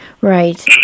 Right